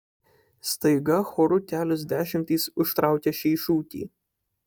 staiga choru kelios dešimtys užtraukia šį šūkį